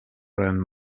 round